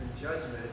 judgment